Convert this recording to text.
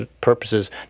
purposes